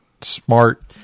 smart